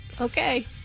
Okay